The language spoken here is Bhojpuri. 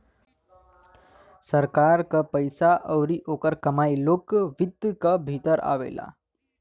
सरकार क पइसा आउर ओकर कमाई लोक वित्त क भीतर आवेला